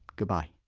goodbye